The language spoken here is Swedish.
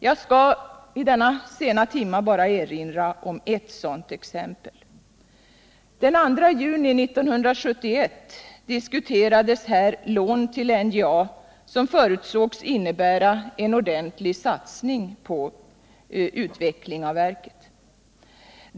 Jag skall i denna sena timme bara erinra om ett sådant exempel. Den 2 juni 1971 diskuterades här lån till NJA som förutsågs innebära en ordentlig satsning på en utveckling av verket.